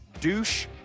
douche